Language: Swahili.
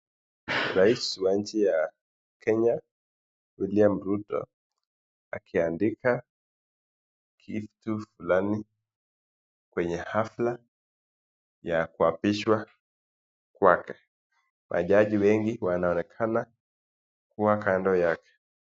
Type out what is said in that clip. Rais wa nchi ya kenya William ruto akiandika kitu fulani kwenye hafla ya kuapishwa kwake, majaji wengi wanaonekana kuwa kando yake.